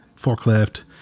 forklift